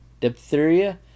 diphtheria